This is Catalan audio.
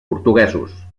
portuguesos